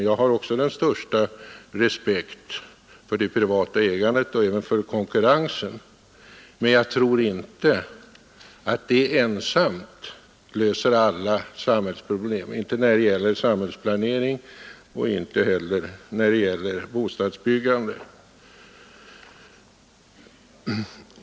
Jag har också den största respekt för det privata ägandet och för konkurrensen, men jag tror inte att de sakerna ensamma löser alla samhällsproblem — i varje fall inte när det gäller sam hällsplanering och inte heller när det gäller bostadsbyggande.